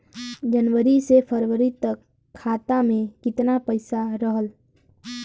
जनवरी से फरवरी तक खाता में कितना पईसा रहल?